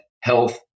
health